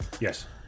Yes